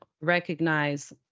recognize